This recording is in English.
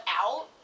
out